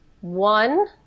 one